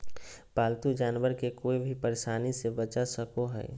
पालतू जानवर के कोय भी परेशानी से बचा सको हइ